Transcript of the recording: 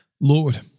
Lord